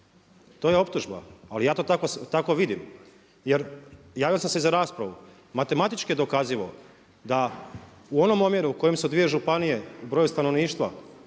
To je optužba, ali ja to tako vidim. Jer javili ste se za raspravu. Matematički je dokazivo da u onom omjeru u kojem se dvije županije po broju stanovništva